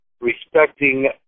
Respecting